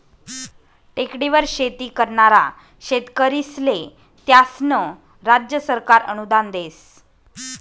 टेकडीवर शेती करनारा शेतकरीस्ले त्यास्नं राज्य सरकार अनुदान देस